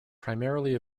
primarily